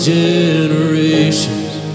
generations